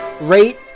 rate